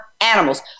animals